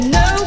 no